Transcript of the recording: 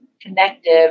connective